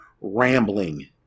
rambling